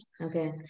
okay